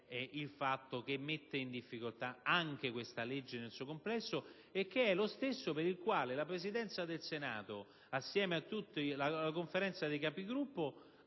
che mette in difficoltà anche questa legge nel suo complesso, ed è la stessa per la quale la Presidenza del Senato, assieme alla Conferenza dei Capigruppo,